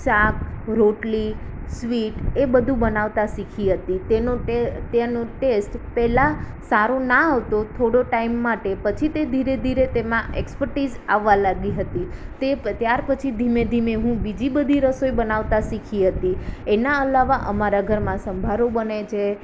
શાક રોટલી સ્વીટ એ બધું બનાવતા શીખી હતી તેનો ટેસ તેનો ટેસ્ટ પહેલાં સારો ના હતો થોડો ટાઈમ માટે પછી તે ધીરે ધીરે તેમાં એક્સપર્ટીસ આવવા લાગી હતી તે ત્યાર પછી ધીમે ધીમે હું બીજી બધી રસોઈ બનાવતા શીખી હતી એના અલાવા અમારા ઘરમાં સંભારો બને છે